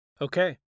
okay